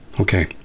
okay